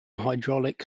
hydraulic